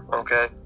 Okay